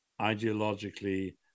ideologically